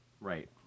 Right